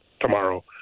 tomorrow